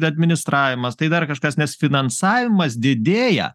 administravimas tai dar kažkas nes finansavimas didėja